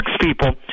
people